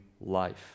life